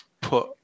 put